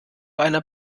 einer